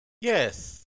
Yes